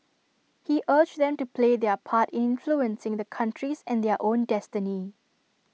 he urged them to play their part in influencing the country's and their own destiny